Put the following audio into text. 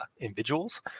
individuals